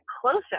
closer